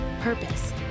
purpose